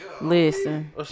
listen